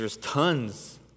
tons